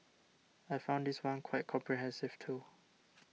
I found this one quite comprehensive too